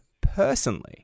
personally